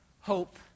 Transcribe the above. hope